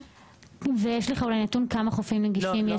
ויש לך נתון כמה חופים מונגשים?